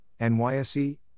NYSE